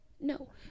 no